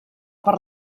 per